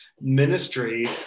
ministry